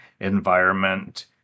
environment